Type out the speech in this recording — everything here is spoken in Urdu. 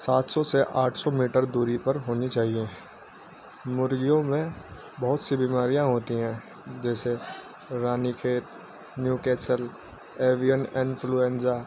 سات سو سے آٹھ سو میٹر دوری پر ہونی چاہیے مرغیوں میں بہت سی بیماریاں ہوتی ہیں جیسے Ranikhet Newcastle avian influenza